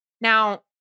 Now